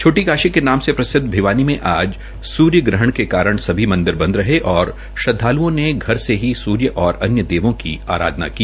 छोटी काशी के नाम से प्रसिद्व भिवानी में आज सूर्यग्रहण के कारण सभी मंदिर बंद रहे और श्रद्वालुओं ने घर से ही सूर्य और अन्य देवों की अराधना की